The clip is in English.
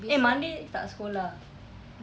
eh monday tak sekolah